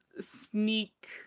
sneak